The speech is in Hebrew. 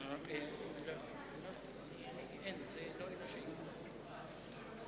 62, 37. כלומר ספירה חוזרת,